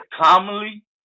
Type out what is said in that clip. commonly